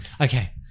Okay